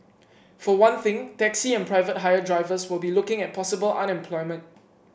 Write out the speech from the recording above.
for one thing taxi and private hire drivers will be looking at possible unemployment